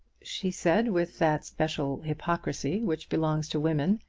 she said, with that special hypocrisy which belongs to women,